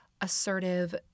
assertive